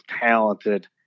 talented